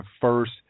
first